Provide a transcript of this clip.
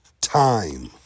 Time